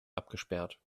abgesperrt